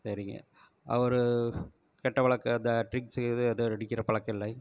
சரிங்க அவர் கெட்ட பழக்கம் இந்த ட்ரிங்க்ஸ் எதுவும் அடிக்கிற பழக்கம் இல்லை